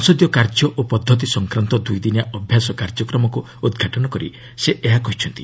ସଂସଦୀୟ କାର୍ଯ୍ୟ ଓ ପଦ୍ଧତି ସଂକ୍ରାନ୍ତ ଦୂଇଦିନିଆ ଅଭ୍ୟାସ କାର୍ଯ୍ୟକ୍ରମକୃ ଉଦ୍ଘାଟନ କରି ସେ ଏହା କହିଛନ୍ତି